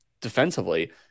Defensively